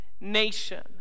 Nation